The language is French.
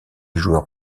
joueurs